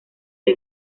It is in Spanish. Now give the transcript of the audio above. que